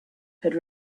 had